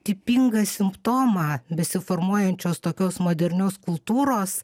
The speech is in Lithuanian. tipingą simptomą besiformuojančios tokios modernios kultūros